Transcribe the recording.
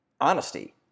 honesty